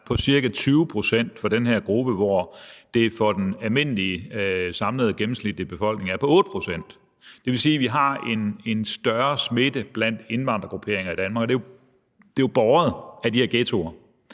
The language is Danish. på ca. 20 pct., hvor det for den almindelige samlede gennemsnitlige befolkning er på 8 pct. Det vil sige, at vi har en større smitte blandt indvandrergrupperinger i Danmark, og det er jo båret af de her ghettoer.